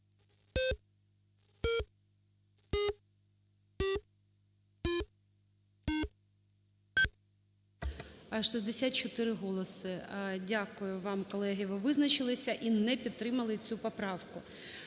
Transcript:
64 голоси. Дякую вам, колеги. Ви визначилися і не підтримали цю поправку.